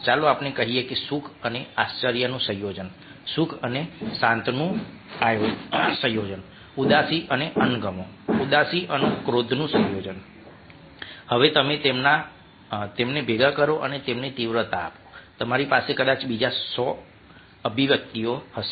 ચાલો આપણે કહીએ કે સુખ અને આશ્ચર્યનું સંયોજન સુખ અને શાંતનું સંયોજન ઉદાસી અને અણગમો ઉદાસી અને ક્રોધનું સંયોજન હવે તમે તેમને ભેગા કરો અને તેમને તીવ્રતા આપો તમારી પાસે કદાચ બીજા 100 અભિવ્યક્તિઓ હશે